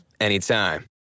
anytime